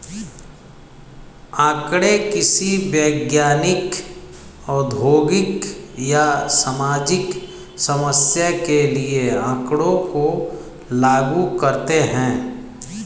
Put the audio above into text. आंकड़े किसी वैज्ञानिक, औद्योगिक या सामाजिक समस्या के लिए आँकड़ों को लागू करते है